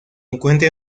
encuentra